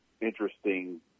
interesting